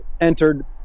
entered